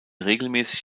regelmäßig